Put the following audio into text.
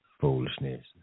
foolishness